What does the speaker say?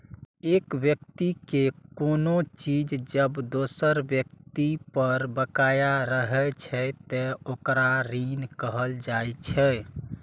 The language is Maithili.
एक व्यक्ति के कोनो चीज जब दोसर व्यक्ति पर बकाया रहै छै, ते ओकरा ऋण कहल जाइ छै